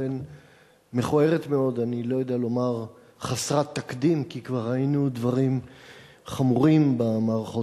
מס' 8289, 8303, 8314 ו-8318.